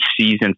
season